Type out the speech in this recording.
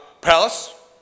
palace